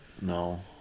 No